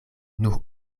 nur